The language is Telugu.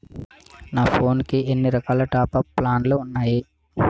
నా ఫోన్ కి ఎన్ని రకాల టాప్ అప్ ప్లాన్లు ఉన్నాయి?